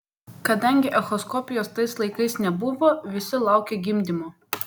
kadangi echoskopijos tais laikais nebuvo visi laukė gimdymo